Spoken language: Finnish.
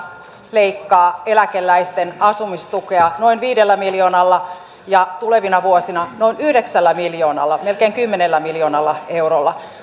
leikkaa eläkeläisten asumistukea noin viidellä miljoonalla ja tulevina vuosina noin yhdeksällä miljoonalla melkein kymmenellä miljoonalla eurolla